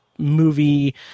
movie